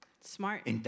Smart